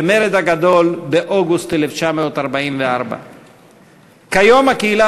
במרד הגדול באוגוסט 1944. כיום הקהילה